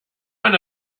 man